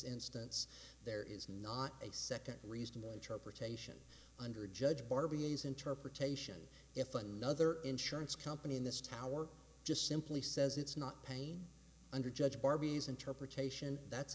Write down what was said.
instance there is not a second reason the interpretation under judge barbie is interpretation if another insurance company in this tower just simply says it's not pain under judge barbie's interpretation that's